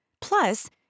Plus